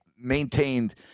maintained